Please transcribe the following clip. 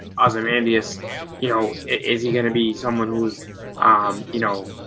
awesome and iasts you know is he gonna be someone who's um you know